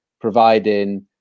providing